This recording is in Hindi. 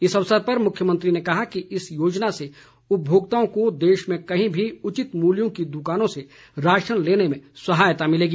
इस अवसर पर मुख्यमंत्री ने कहा कि इस योजना से उपभोक्ताओं को देश में कहीं भी उचित मूल्यों की दुकानों से राशन लेने में सहायता मिलेगी